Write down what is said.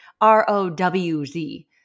R-O-W-Z